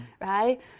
right